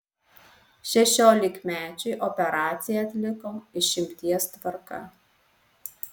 šešiolikmečiui operaciją atliko išimties tvarka